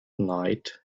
night